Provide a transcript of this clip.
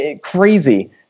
crazy